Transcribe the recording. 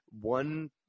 one